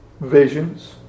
visions